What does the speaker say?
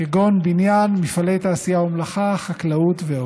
כגון בניין, מפעלי תעשייה ומלאכה וחקלאות.